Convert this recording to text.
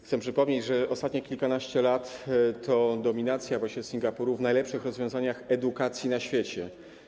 Chcę przypomnieć, że ostatnie kilkanaście lat to dominacja właśnie Singapuru w najlepszych rozwiązaniach edukacji na świecie.